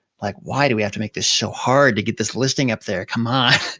like, why do we have to make this so hard to get this listing up there, come on!